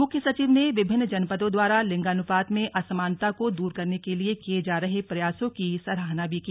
मुख्य सचिव ने विभिन्न जनपदों द्वारा लिंगानुपात में असमानता को दूर करने के लिए किए जा रहे प्रयासों की सराहना भी की